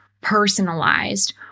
personalized